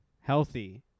healthy